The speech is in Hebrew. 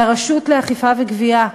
לרשות לאכיפה וגבייה,